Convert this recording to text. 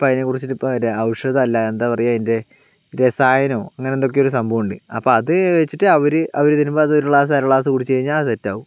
ഇപ്പോൾ അതിനെ കുറിച്ചിട്ട് ഇപ്പോൾ ഔഷധം അല്ല എന്താ പറയുക അതിൻ്റെ രസായനോ അങ്ങനെ എന്തൊക്കെയോ ഒരു സംഭവം ഉണ്ട് അപ്പോൾ അത് വെച്ചിട്ട് അവർ അവർ തരുമ്പോൾ അത് ഒരു ഗ്ലാസ് അര ഗ്ലാസ് കുടിച്ചു കഴിഞ്ഞാൽ അത് സെറ്റ് ആകും